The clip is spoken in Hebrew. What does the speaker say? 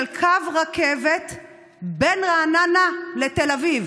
של קו רכבת בין רעננה לתל אביב.